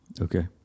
Okay